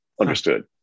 Understood